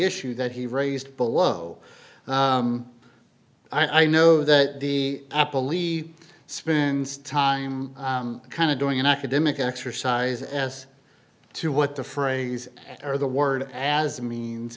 issue that he raised below i know that the apple leave spends time kind of doing an academic exercise as to what the phrase or the word as means